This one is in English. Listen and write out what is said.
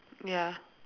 ya